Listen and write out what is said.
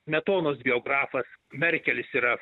smetonos biografas merkelis yra